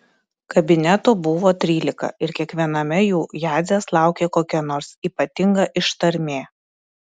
kabinetų buvo trylika ir kiekviename jų jadzės laukė kokia nors ypatinga ištarmė